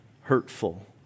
hurtful